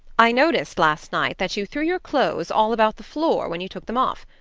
i noticed last night that you threw your clothes all about the floor when you took them off.